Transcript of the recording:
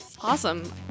Awesome